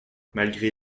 malgré